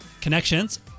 Connections